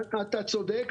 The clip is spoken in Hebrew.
אתה צודק.